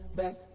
back